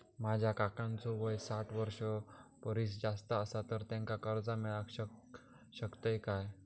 माझ्या काकांचो वय साठ वर्षां परिस जास्त आसा तर त्यांका कर्जा मेळाक शकतय काय?